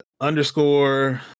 underscore